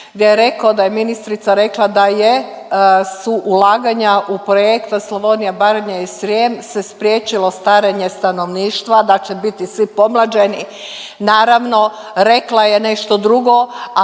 gdje je rekao da je ministrica rekla da je su ulaganja u projekt Slavonija, Baranja i Srijem se spriječilo starenje stanovništva, da će biti svi pomlađeni. Naravno, rekla je nešto drugo,